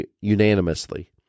unanimously